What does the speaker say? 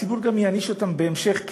הציבור גם יעניש אותם בהמשך,